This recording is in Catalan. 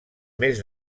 més